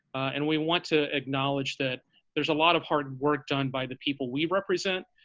and we want to acknowledge that there's a lot of hard and work done by the people we represent.